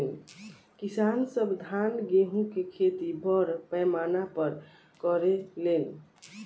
किसान सब धान गेहूं के खेती बड़ पैमाना पर करे लेन